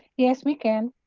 yes, we can.